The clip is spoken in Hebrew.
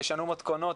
ישנו מתכונות,